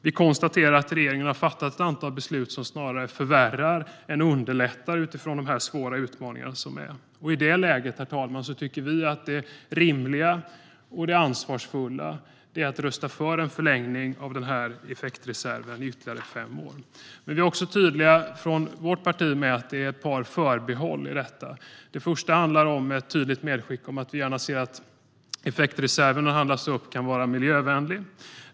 Vi konstaterar att regeringen har fattat ett antal beslut som förvärrar snarare än underlättar hanteringen av de svåra utmaningar som vi står inför. I det läget tycker vi att det rimliga och ansvarsfulla är att rösta för en förlängning av effektreserven i ytterligare fem år. Vi är från vårt parti också tydliga med att det är ett par förbehåll i detta. Det första är ett tydligt medskick om att vi gärna ser att den effektreserv som handlas upp kan vara miljövänlig.